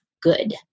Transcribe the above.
good